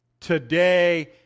Today